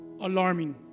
alarming